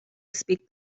speak